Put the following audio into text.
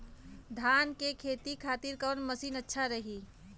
धान के खेती के खातिर कवन मशीन अच्छा रही?